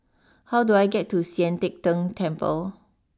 how do I get to Sian Teck Tng Temple